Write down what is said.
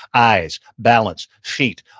eyes, balance, feet,